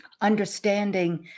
Understanding